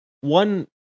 one